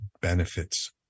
benefits